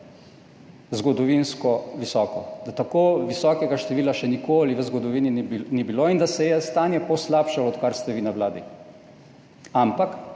zgodovinsko visoko, da tako visokega števila še nikoli v zgodovini ni bilo in da se je stanje poslabšalo, odkar ste vi na Vladi. Ampak